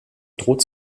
droht